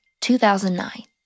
2009